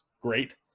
great